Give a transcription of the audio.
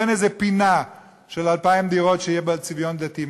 תן איזו פינה של 2,000 דירות שיהיה בה צביון דתי,